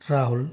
Rahul